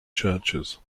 churches